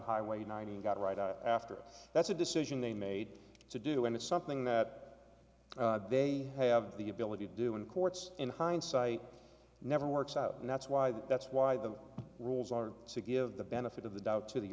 highway ninety and got right after that's a decision they made to do and it's something that they have the ability to do in courts in hindsight never works out and that's why that's why the rules are city of the benefit of the doubt to the